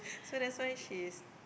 so that's why she is